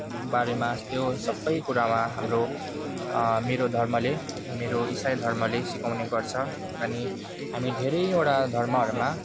बाह्रै मास त्यो सबै कुरामा हाम्रो मेरो धर्मले मेरो इसाई धर्मले सिकाउने गर्छ अनि हामी धेरैवटा धर्महरूमा